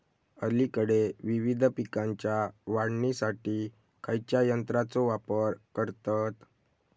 अलीकडे विविध पीकांच्या काढणीसाठी खयाच्या यंत्राचो वापर करतत?